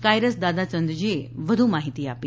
કાયરસ દાદાચંદજી વધુ માહીતી આપી